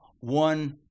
one